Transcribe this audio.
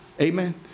Amen